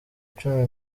cumi